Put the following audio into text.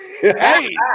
Hey